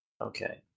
Okay